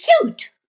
cute